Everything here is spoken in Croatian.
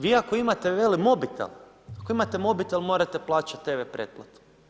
Vi ako imate veli mobitel, ako imate mobitel morate plaćati tv pretplatu.